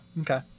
Okay